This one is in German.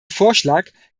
vorschlag